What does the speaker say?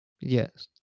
Yes